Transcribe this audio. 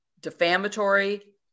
Defamatory